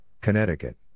Connecticut